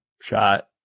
shot